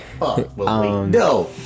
No